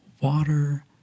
water